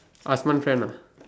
Asman friend ah